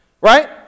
Right